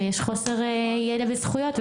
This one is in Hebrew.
שיש חוסר ידע בזכויות,